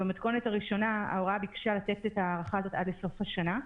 במתכונת הראשונה ההוראה ביקשה לתת את ההארכה הזאת עד סוף השנה.